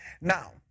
Now